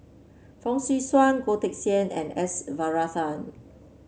Fong Swee Suan Goh Teck Sian and S Varathan